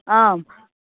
आं